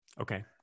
Okay